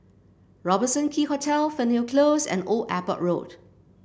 Robertson Quay Hotel Fernhill Close and Old Airport Road